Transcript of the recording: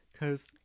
Cause